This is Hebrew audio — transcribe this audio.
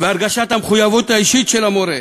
והרגשת המחויבות האישית של המורה.